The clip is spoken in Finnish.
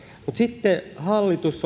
mutta sitten hallitus